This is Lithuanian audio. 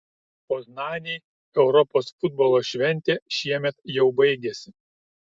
poznanei europos futbolo šventė šiemet jau baigėsi